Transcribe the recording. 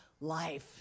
life